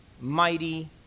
mighty